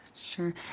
Sure